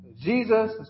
Jesus